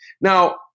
Now